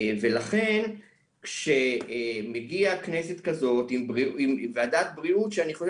לכן כשמגיעה כנסת כזאת עם ועדת בריאות שאני חושב